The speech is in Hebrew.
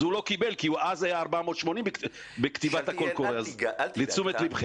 אז הוא לא קיבל כי בכתיבת הקול קורא היו בו 480. אז לתשומת לבכם.